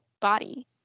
body